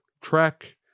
track